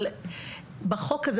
אבל בחוק הזה,